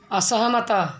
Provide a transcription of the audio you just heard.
ଅସହମତ